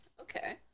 Okay